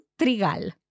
trigal